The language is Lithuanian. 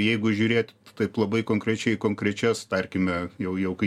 jeigu žiūrėt taip labai konkrečiai į konkrečias tarkime jau jau kai